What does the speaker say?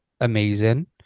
amazing